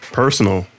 personal